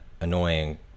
annoying